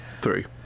Three